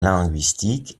linguistique